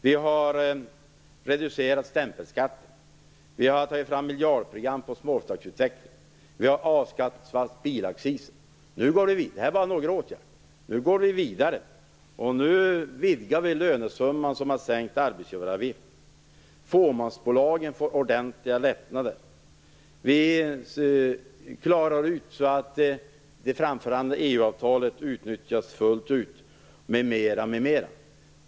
Vi har reducerat stämpelskatten. Vi har tagit fram miljardprogram för småföretagsutveckling. Vi har avskaffat bilaccisen. Det här var några åtgärder. Nu går vi vidare, och vidgar lönesumman med sänkt arbetsgivaravgift. Fåmansbolagen får ordentliga lättnader. Vi klarar ut det hela, så att det framförhandlade EU-avtalet utnyttjas fullt ut m.m.